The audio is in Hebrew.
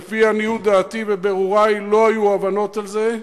לפי עניות דעתי ובירורי, לא היו הבנות על זה,